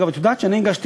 אגב, את יודעת שאני הגשתי